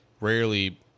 rarely